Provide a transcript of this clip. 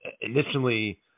initially